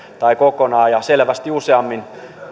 tai kokonaan selvästi useammin